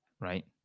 right